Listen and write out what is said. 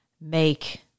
make